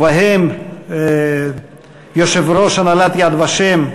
ובהם יושב-ראש הנהלת "יד ושם"